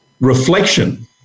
reflection